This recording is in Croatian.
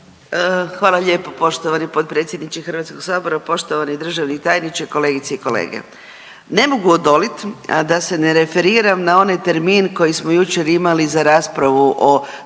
Hvala lijepa. Poštovani potpredsjedniče HS-a, poštovani državni tajniče, kolegice i kolege. Ne mogu odolit, a da se ne referiram na onaj termin koji smo jučer imali za raspravu o